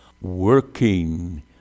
working